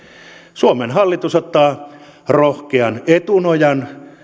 suomen hallitus ottaa rohkean etunojan